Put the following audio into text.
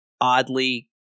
oddly